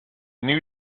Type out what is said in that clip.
new